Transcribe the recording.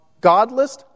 godless